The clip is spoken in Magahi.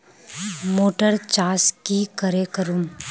मोटर चास की करे करूम?